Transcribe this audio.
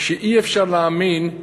שאי-אפשר להאמין.